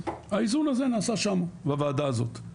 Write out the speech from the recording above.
האיזון הזה נעשה שם בוועדה הזאת.